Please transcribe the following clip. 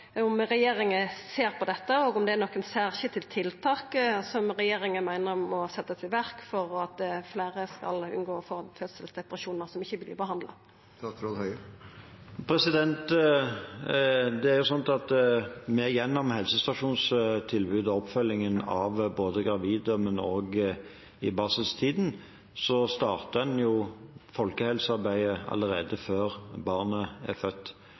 om regjeringa ser på dette, og om det er nokre særskilde tiltak som regjeringa meiner må setjast i verk for at fleire skal unngå å få fødselsdepresjonar som ikkje vert behandla. Gjennom helsestasjonstilbudet og oppfølgingen av gravide, men også i barseltiden, starter en folkehelsearbeidet allerede før barnet er født,